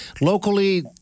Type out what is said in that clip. locally